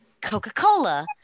Coca-Cola